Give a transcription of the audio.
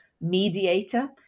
mediator